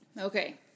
Okay